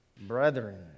Brethren